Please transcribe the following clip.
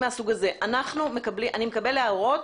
אקבל הערות